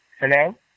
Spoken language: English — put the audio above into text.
Hello